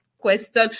question